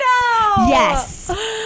yes